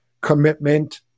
commitment